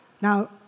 Now